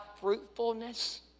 fruitfulness